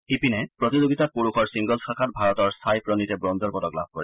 ইপিনে প্ৰতিযোগিতাত পুৰুষৰ ছিংগলছ শাখাত ভাৰতৰ ছাই প্ৰণীতে ব্ৰঞ্জৰ পদক লাভ কৰে